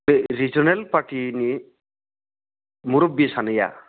बे रिजोनेल पार्टिनि मुरब्बि सानैआ